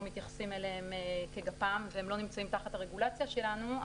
מתייחסים אליהם כגפ"מ והם לא נמצאים תחת הרגולציה שלנו,